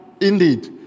indeed